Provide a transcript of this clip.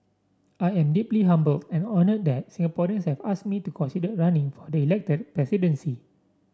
I am deeply humbled and honoured that Singaporeans have asked me to consider running for the elected presidency